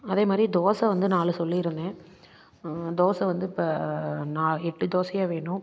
அதே மாதிரி தோசை வந்து நாலு சொல்லியிருந்தேன் தோசை வந்து இப்போ நா எட்டு தோசையாக வேணும்